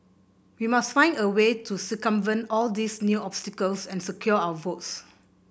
we must find a way to circumvent all these new obstacles and secure our votes